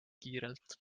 kiirelt